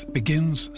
begins